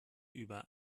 über